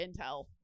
intel